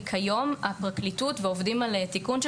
כי כיום הפרקליטות ועובדים על תיקון של